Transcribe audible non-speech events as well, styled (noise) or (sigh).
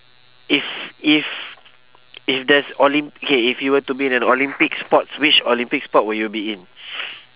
if if if there's olymp~ K if you were to be in an olympic sports which olympic sport will you be in (noise)